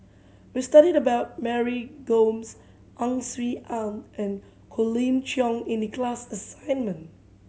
we studied about Mary Gomes Ang Swee Aun and Colin Cheong in the class assignment